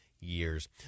Years